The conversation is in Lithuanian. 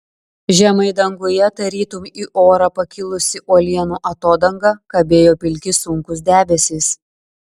žemai danguje tarytum į orą pakilusi uolienų atodanga kabėjo pilki sunkūs debesys